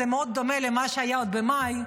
זה מאוד דומה למה שהיה עוד במאי,